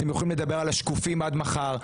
אתם יכולים לדבר על השקופים עד מחר,